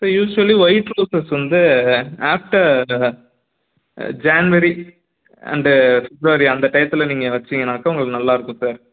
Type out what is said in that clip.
sir usually white roses வந்து after January and February அந்த டயத்தில் நீங்கள் வச்சீங்கன்னாக்க உங்களுக்கு நல்லாயிருக்கும் சார்